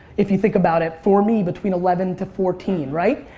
if you think about it, for me, between eleven to fourteen, right?